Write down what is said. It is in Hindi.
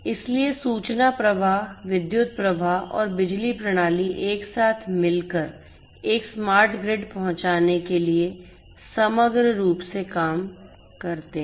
इसलिए सूचना प्रवाह विद्युत प्रवाह और बिजली प्रणाली एक साथ मिलकर एक स्मार्ट ग्रिड पहुंचाने के लिए समग्र रूप से काम करते हैं